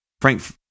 Frank